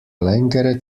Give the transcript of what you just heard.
längere